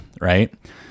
Right